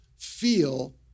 feel